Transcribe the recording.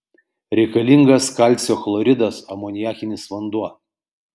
reikalingas kalcio chloridas amoniakinis vanduo